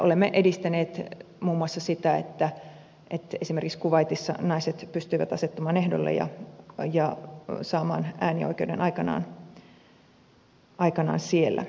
olemme edistäneet muun muassa sitä että esimerkiksi kuwaitissa naiset pystyvät asettumaan ehdolle ja saamaan äänioikeuden aikanaan siellä